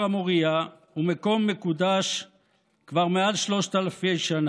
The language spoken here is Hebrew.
הר המוריה הוא מקום מקודש כבר מעל 3,000 שנה.